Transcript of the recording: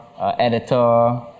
editor